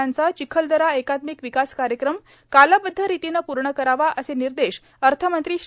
चा चिखलदरा एकात्मिक विकास कार्यक्रम कालबद्ध रितीने पूर्ण करावा असे निदेश अर्थमंत्री श्री